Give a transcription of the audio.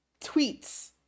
tweets